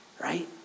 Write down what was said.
right